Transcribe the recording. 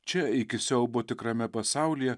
čia iki siaubo tikrame pasaulyje